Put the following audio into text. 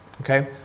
Okay